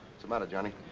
the matter, johnny?